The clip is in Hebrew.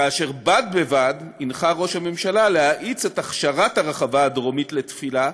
ובד בבד הנחה ראש הממשלה להאיץ את הכשרת הרחבה הדרומית לתפילה,